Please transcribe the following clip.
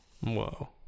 Whoa